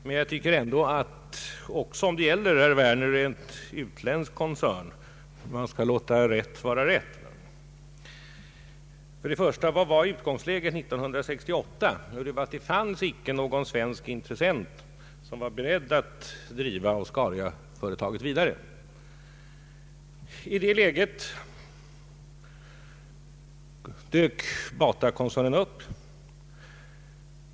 Men jag tycker ändå att också om det gäller, herr Werner, en utländsk koncern, man skall låta rätt vara rätt. Vad var utgångsläget 1968? Jo, att det icke fanns någon svensk intressent som var beredd att driva företaget Oscaria vidare. I det läget dök Batakoncernen upp.